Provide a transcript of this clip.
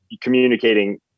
communicating